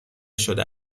شده